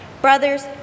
Brothers